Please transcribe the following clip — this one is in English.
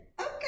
okay